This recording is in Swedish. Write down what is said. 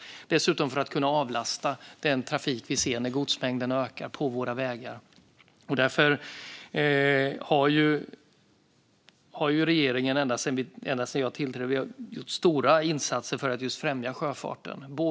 Det handlar dessutom om att avlasta den trafik vi ser när godsmängden ökar på våra vägar. Regeringen har ända sedan jag tillträdde som statsråd gjort stora insatser för att främja sjöfarten.